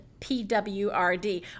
PWRD